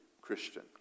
Christian